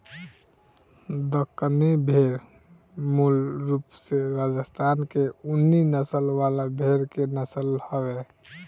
दक्कनी भेड़ मूल रूप से राजस्थान के ऊनी नस्ल वाला भेड़ के नस्ल हवे